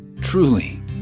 Truly